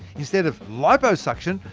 instead of liposuction,